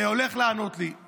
שהולך לענות לי,